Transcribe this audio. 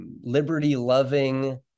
liberty-loving